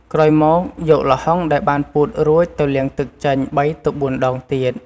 ក្រោយមក យកល្ហុងដែលបានពូតរួចទៅលាងទឹកចេញ ៣ ទៅ ៤ ដងទៀត។